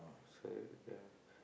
sad ya